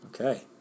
Okay